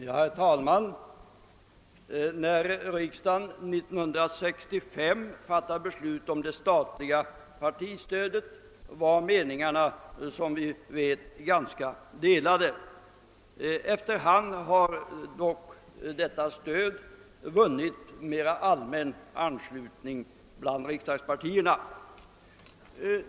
Herr talman! När riksdagen 1965 fattade beslut om det statliga partistödet var meningarna som bekant i ganska stor utsträckning delade. Efter hand har dock detta stöd vunnit mera allmän anslutning bland riksdagspartierna.